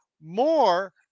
more